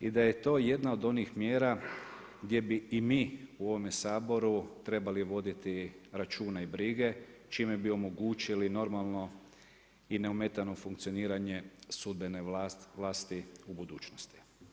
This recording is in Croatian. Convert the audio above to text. I da je to jedna od onih mjera, gdje bi i mi u ovome Saboru trebali voditi račune i brige, čime bi omogućili normalno i neometano funkcioniranje sudbene vlasti u budućnosti.